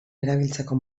erabiltzeko